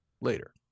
later